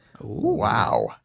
Wow